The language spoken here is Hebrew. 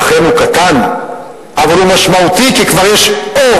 אכן הוא קטן, אבל הוא משמעותי, כי כבר יש אור.